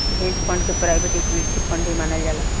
hedge fund के private equity fund भी मानल जाला